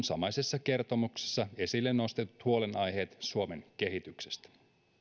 samaisessa kertomuksessa esille nostetut huolenaiheet suomen kehityksestä